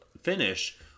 finish